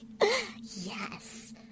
Yes